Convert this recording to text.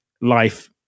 life